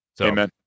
Amen